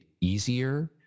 easier